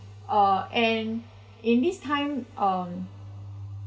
uh and in this time um